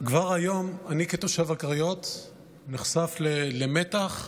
כבר היום, אני כתושב הקריות נחשף למתח.